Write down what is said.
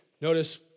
notice